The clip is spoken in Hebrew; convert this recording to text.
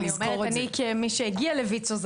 כמי שהגיעה לויצ"ו,